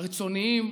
הרצוניים.